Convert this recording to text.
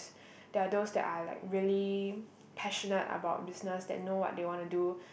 there are those that are like really passionate about business they know what they want to do